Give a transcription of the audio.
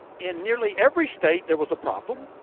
in nearly every state there was a problem.